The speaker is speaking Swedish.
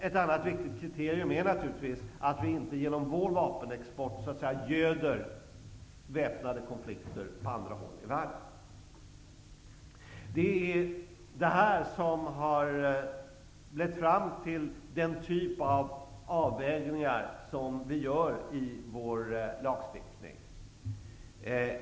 Ett annat viktigt kriterium är naturligtvis att vi inte genom vår vapenexport göder väpnade konflikter på andra håll i världen. Det är det här som har lett fram till den typ av avvägningar som vi gör i vår lagstiftning.